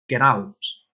queralbs